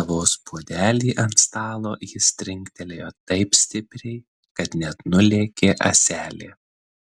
kavos puodelį ant stalo jis trinktelėjo taip stipriai kad net nulėkė ąselė